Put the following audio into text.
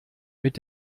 mit